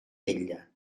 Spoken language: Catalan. vetla